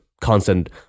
constant